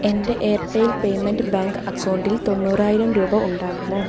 എൻ്റെ Airtel payment bank അക്കൗണ്ടിൽ തൊണ്ണൂറായിരം രൂപ ഉണ്ടാകുമോ